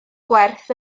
gwerth